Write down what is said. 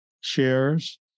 shares